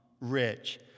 rich